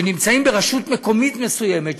שנמצאים ברשות מקומית מסוימת,